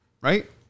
right